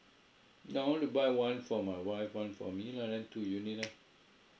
I want to buy one for my wife one for me lah then two unit ah